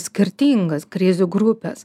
skirtingas krizių grupes